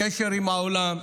קשר עם העולם.